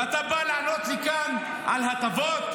ואתה בא לענות לי כאן על הטבות?